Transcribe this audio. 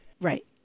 Right